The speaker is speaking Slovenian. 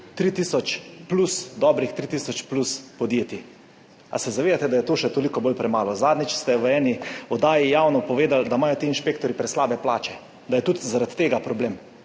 pokrival dobrih 3 tisoč plus podjetij. A se zavedate, da je to še toliko bolj premalo? Zadnjič ste v eni oddaji javno povedali, da imajo ti inšpektorji preslabe plače, da je tudi zaradi tega problem,